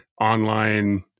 online